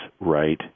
right